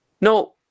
No